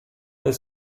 del